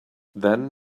then